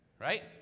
Right